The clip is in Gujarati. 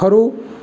ખરું